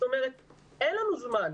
אין לנו זמן.